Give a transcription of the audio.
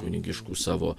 kunigiškų savo